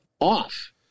off